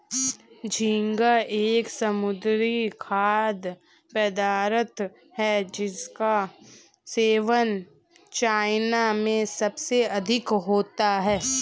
झींगा एक समुद्री खाद्य पदार्थ है जिसका सेवन चाइना में सबसे अधिक होता है